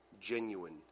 genuine